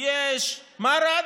מה רע?